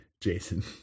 Jason